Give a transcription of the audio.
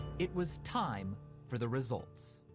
it was time for the results.